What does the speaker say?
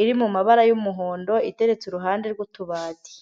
iri mu mabara y'umuhondo iteretse uruhande rw'utubati.